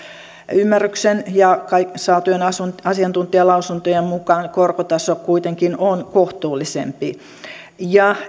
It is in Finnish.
ymmärryksen ja saatujen asiantuntijalausuntojen mukaan korkotaso kuitenkin on kohtuullisempi ja